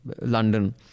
London